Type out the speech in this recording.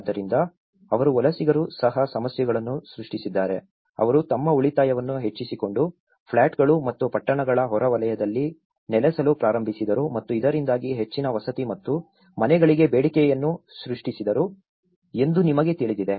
ಆದ್ದರಿಂದ ಅವರು ವಲಸಿಗರು ಸಹ ಸಮಸ್ಯೆಗಳನ್ನು ಸೃಷ್ಟಿಸಿದ್ದಾರೆ ಅವರು ತಮ್ಮ ಉಳಿತಾಯವನ್ನು ಹೆಚ್ಚಿಸಿಕೊಂಡು ಪ್ಲಾಟ್ಗಳು ಮತ್ತು ಪಟ್ಟಣಗಳ ಹೊರವಲಯದಲ್ಲಿ ನೆಲೆಸಲು ಪ್ರಾರಂಭಿಸಿದರು ಮತ್ತು ಇದರಿಂದಾಗಿ ಹೆಚ್ಚಿನ ವಸತಿ ಮತ್ತು ಮನೆಗಳಿಗೆ ಬೇಡಿಕೆಯನ್ನು ಸೃಷ್ಟಿಸಿದರು ಎಂದು ನಿಮಗೆ ತಿಳಿದಿದೆ